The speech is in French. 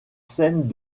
scènes